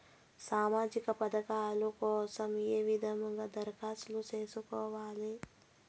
సామాజిక పథకాల కోసం ఏ విధంగా దరఖాస్తు సేసుకోవాలి